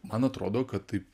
man atrodo kad taip